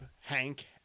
Hank